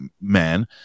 man